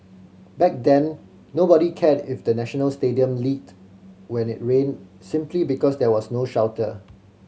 back then nobody cared if the National Stadium leaked when it rained simply because there was no shelter